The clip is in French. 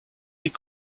des